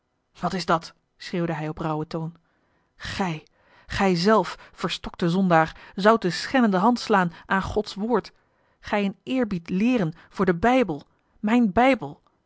wat is dat schreeuwde hij op rauwen toon gij gij zelf verstokte zondaar zoudt de schennende hand slaan aan gods woord gij mij eerbied leeren voor den bijbel mijn bijbel